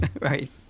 Right